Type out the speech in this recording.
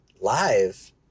live